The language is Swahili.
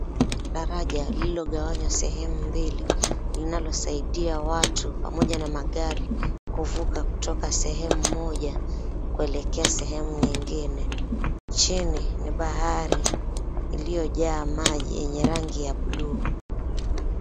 Daraja lililogawanya sehemu mbili linalosaidia watu pamoja na magari kuvuka kutoka sehemu moja kuelekea sehemu nyingine. Chini ni bahari iliyojaa maji yenye rangi ya bluu.